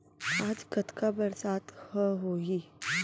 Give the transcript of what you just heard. आज कतका बरसात ह होही?